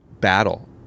battle